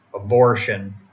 abortion